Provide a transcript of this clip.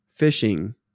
fishing